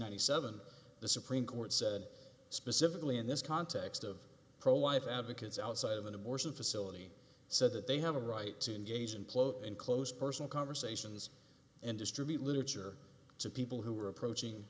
hundred seven the supreme court said specifically in this context of pro life advocates outside of an abortion facility so that they have a right to engage and close in close personal conversations and distribute literature to people who are approaching